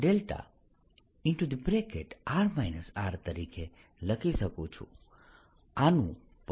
δr R તરીકે લખી શકું છું